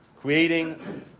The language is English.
Creating